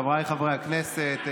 חבריי חברי הכנסת,